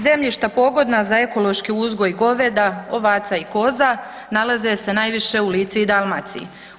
Zemljišta pogodna za ekološki uzgoj goveda, ovaca i koza, nalaze se najviše u Lici i Dalmaciji.